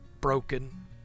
broken